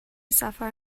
سفر